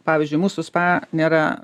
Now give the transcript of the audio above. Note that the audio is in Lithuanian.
pavyzdžiui mūsų spa nėra